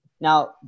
Now